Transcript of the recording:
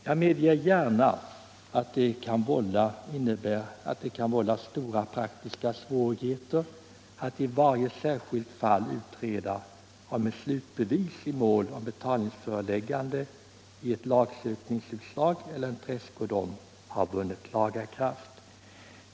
Jag medger gärna att det kan vara förenat med stora praktiska svårigheter att i varje särskilt fall utreda om ett slutbevis i mål om betalningsföreläggande, ett lagsökningsutslag eller en tredskodom vunnit laga kraft.